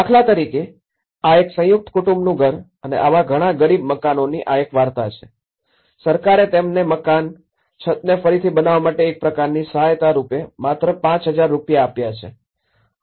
દાખલા તરીકે આ એક સંયુક્ત કુટુંબનું ઘર અને આવા ઘણા ગરીબ મકાનોની આ એક વાર્તા છે સરકારે તેમને મકાનછતને ફરીથી બનાવવા માટે એક પ્રકારની સહાયતા રૂપે માત્ર ૫૦૦૦ રૂપિયા આપ્યા છે